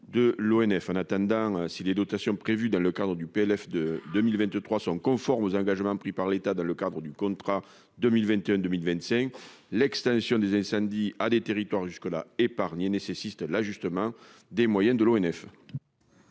de l'ONF en attendant si les dotations prévues dans le cadre du PLF 2 2023 sont conformes aux engagements pris par l'État dans le cadre du contrat 2021 2025, l'extension des incendies à des territoires jusque là épargnées nécessite l'ajustement des moyens de l'ONF.